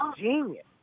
genius